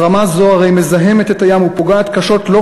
הזרמה זו הרי מזהמת את הים ופוגעת קשות לא